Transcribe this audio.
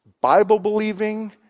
Bible-believing